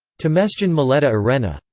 temesgen muleta-erena,